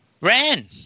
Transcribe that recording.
ran